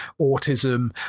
autism